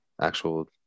actual